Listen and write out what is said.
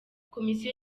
komisiyo